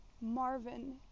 marvin